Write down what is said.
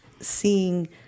seeing